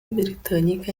britânica